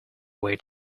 way